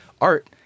art